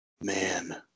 Man